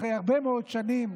אחרי הרבה מאוד שנים,